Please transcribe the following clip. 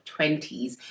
20s